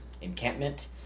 encampment